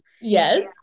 Yes